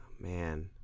man